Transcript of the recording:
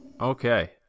Okay